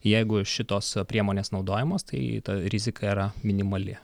jeigu šitos priemonės naudojamos tai ta rizika yra minimali